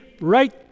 right